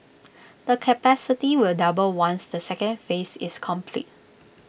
the capacity will double once the second phase is complete